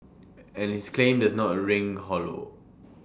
and his claim does not ring hollow